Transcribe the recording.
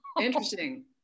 Interesting